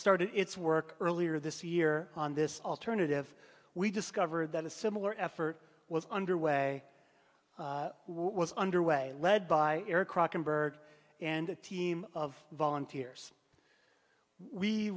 started its work earlier this year on this alternative we discovered that a similar effort was underway was underway led by eric crock and bert and a team of volunteers we